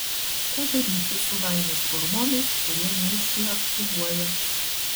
ką daryti su laimės hormonais kurie nesiaktyvuoja